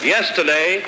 Yesterday